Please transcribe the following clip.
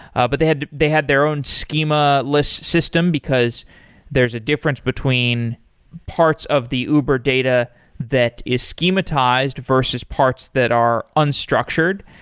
ah but they they had their own schema list system because there's a difference between parts of the uber data that is schema tized, versus parts that are unstructured.